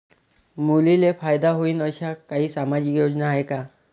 मुलींले फायदा होईन अशा काही सामाजिक योजना हाय का?